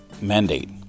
mandate